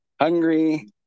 Hungry